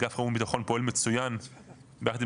אגף חירום וביטחון פועל מצוין ביחד עם